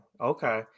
Okay